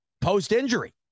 post-injury